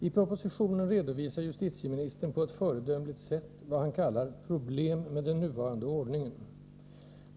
I propositionen redovisar justitieministern på ett föredömligt sätt vad han kallar ”problem med den nuvarande ordningen”.